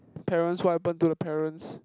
parents what happened to the parents